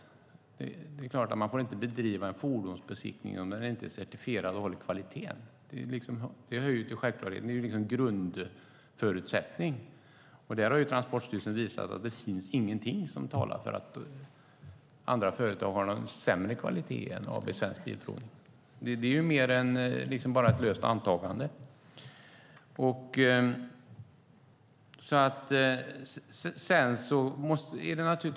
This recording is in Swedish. Det är klart att man inte får bedriva en fordonsbesiktning om den inte är certifierad och håller kvalitet. Det hör till självklarheterna. Det är en grundförutsättning. Där har Transportstyrelsen visat att det inte finns någonting som talar för att andra företag har sämre kvalitet än AB Svensk Bilprovning. Det är bara ett löst antagande.